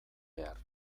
behar